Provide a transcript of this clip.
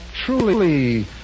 truly